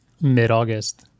mid-August